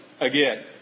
again